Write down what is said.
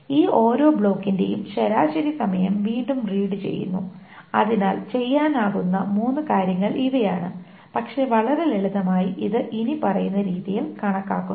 ഈ ഓരോ ബ്ലോക്കിന്റെയും ശരാശരി സമയം വീണ്ടും റീഡ് ചെയ്യുന്നു അതിനാൽ ചെയ്യാനാകുന്ന മൂന്നു കാര്യങ്ങൾ ഇവയാണ് പക്ഷേ വളരെ ലളിതമായി ഇത് ഇനിപ്പറയുന്ന രീതിയിൽ കണക്കാക്കുന്നു